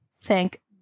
Thank